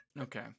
Okay